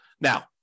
Now